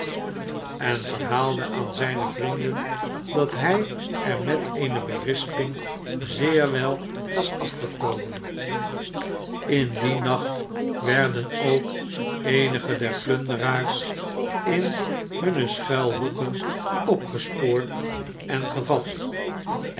en verhaalde aan zijne vrienden dat hij er met eene bensping zeer wel was afgekomen m in dien nacht werden ook eenige der plunderaars m hunne schuilhoeken opgespoord en gevat